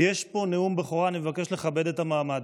יש פה נאום בכורה, אני מבקש לכבד את המעמד.